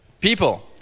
People